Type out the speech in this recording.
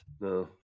No